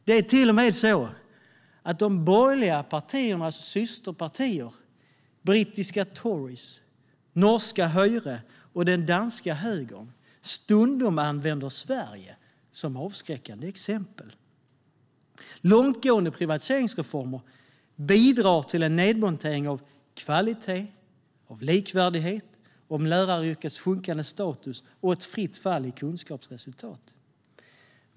Det är till och med så att de borgerliga partiernas systerpartier - brittiska Tories, norska Høyre och den danska högern - stundom använder Sverige som avskräckande exempel. Långtgående privatiseringsreformer bidrar till en nedmontering av kvalitet och likvärdighet, till läraryrkets sjunkande status och till ett fritt fall i kunskapsresultat.